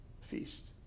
feast